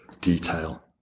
detail